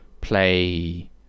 play